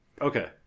Okay